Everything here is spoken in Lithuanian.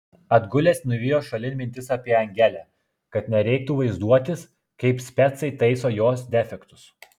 atgulęs nuvijo šalin mintis apie angelę kad nereiktų vaizduotis kaip specai taiso jos defektus